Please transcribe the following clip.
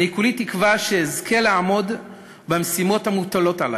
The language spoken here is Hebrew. אני כולי תקווה שאזכה לעמוד במשימות המוטלות עלי.